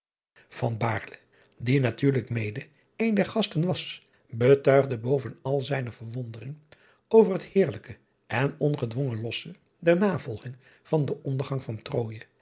die natuurlijk mede een der gasten was betuigde bovenal zijne verwondering over het heerlijke en ongedwongen losse der navolging van den ondergang van